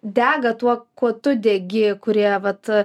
dega tuo kuo tu degi kurie vat